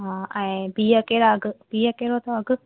हा ऐं बिह कहिड़ा अघु बिह कहिड़ो त अघु